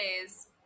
days